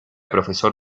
profesor